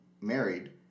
married